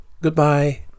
Goodbye